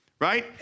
right